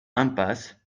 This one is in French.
impasse